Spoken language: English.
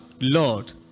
lord